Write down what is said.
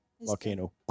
volcano